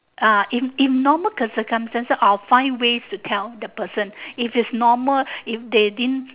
ah in in normal circumstances I'll find ways to tell the person if it's normal if they didn't